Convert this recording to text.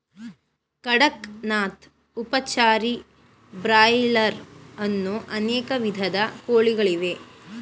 ಕಡಕ್ ನಾಥ್, ಉಪಚಾರಿ, ಬ್ರಾಯ್ಲರ್ ಅನ್ನೋ ಅನೇಕ ವಿಧದ ಕೋಳಿಗಳಿವೆ